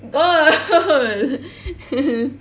girl